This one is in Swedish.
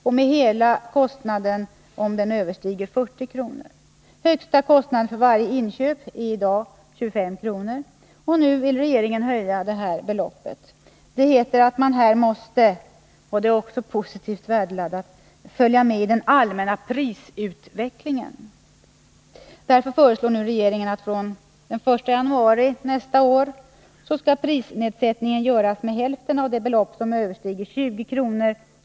och med hela kostnaden, om den överstiger 40 kr. Högsta kostnaden för varje inköp är i dag 25 kr. Nu vill regeringen höja detta belopp. Det heter att man här måste — och det är också positivt värdeladdat — följa med i den allmänna prisutvecklingen. Därför föreslår nu regeringen att prisnedsättningen från den 1 januari nästa år skall göras med hälften av det belopp som överstiger 20 kr.